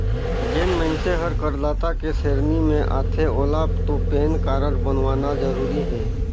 जेन मइनसे हर करदाता के सेरेनी मे आथे ओेला तो पेन कारड बनवाना जरूरी हे